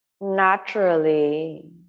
naturally